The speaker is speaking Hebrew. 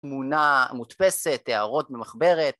תמונה מודפסת, הערות במחברת.